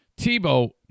Tebow